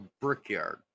Brickyard